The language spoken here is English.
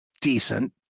decent